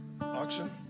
Auction